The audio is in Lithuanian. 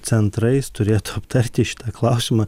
centrais turėtų aptarti šitą klausimą